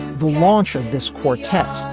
the launch of this quartet.